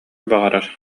баҕарар